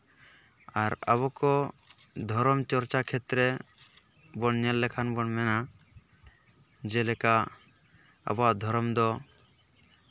ᱟᱨ ᱟᱵᱚ ᱠᱚ ᱫᱷᱚᱨᱚᱢ ᱪᱚᱨᱪᱟ ᱠᱷᱮᱛᱨᱮ ᱵᱚᱱ ᱧᱮᱞ ᱞᱮᱠᱷᱟᱱ ᱵᱚᱱ ᱢᱮᱱᱟ ᱡᱮᱞᱮᱠᱟ ᱟᱵᱚᱣᱟᱜ ᱫᱷᱚᱨᱚᱢ ᱫᱚ